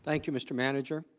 thank you mr. manager.